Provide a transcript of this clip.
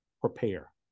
prepare